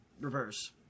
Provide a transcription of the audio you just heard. reverse